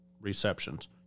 Receptions